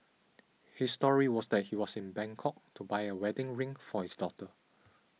his story was that he was in Bangkok to buy a wedding ring for his daughter